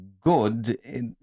good